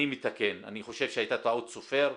אני מתקן, אני חושב שהייתה טעות סופר.